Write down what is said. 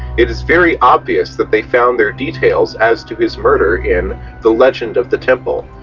it is very obvious that they found their details as to his murder in the legend of the temple,